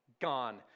gone